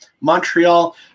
Montreal